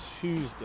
tuesday